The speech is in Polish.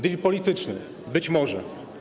Deal polityczny - być może.